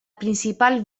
principal